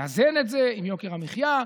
לאזן את זה עם יוקר המחיה,